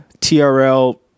TRL